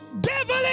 devil